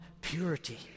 purity